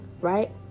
Right